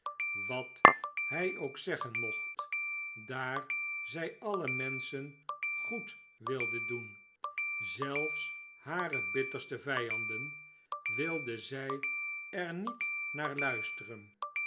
wat hij ook zeggen mocht daar zij alle menschen goed wilde doen zelfs hare bitterste vijanden wilde zij er niet naar luisteren